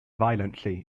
violently